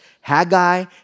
Haggai